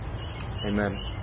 Amen